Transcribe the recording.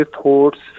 thoughts